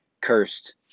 cursed